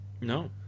No